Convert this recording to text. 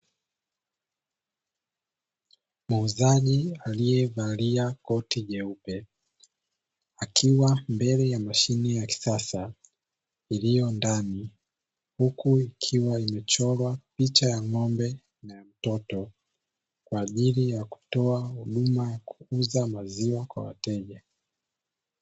Muuzaji aliyevalia koti jeupe akiwa mbele ya mashine ya kisasa iliyondani uku ikiwa imechorwa picha ya ng'ombe na mtoto kwa ajili ya kutooa huduma ya kuuza maziwa kwa wateja.